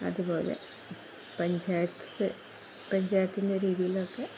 അതുപോലെ പഞ്ചായത്ത് പഞ്ചായത്തിൻ്റെ രീതിയിലൊക്കെ